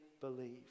believe